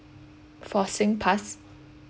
for singpass